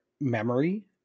memory